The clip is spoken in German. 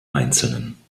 einzelnen